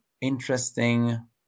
interesting